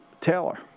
Taylor